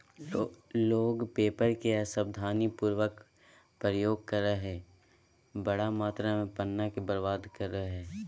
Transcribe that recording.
लोग पेपर के असावधानी पूर्वक प्रयोग करअ हई, बड़ा मात्रा में पन्ना के बर्बाद करअ हई